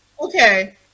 Okay